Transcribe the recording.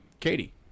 Katie